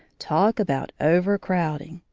talk about overcrowding!